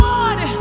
one